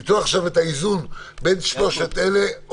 למצוא עכשיו את האיזון בין שלושת אלה,